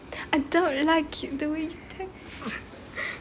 I don't like the way you text